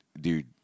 Dude